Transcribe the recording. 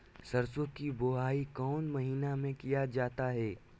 सरसो की बोआई कौन महीने में किया जाता है?